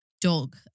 dog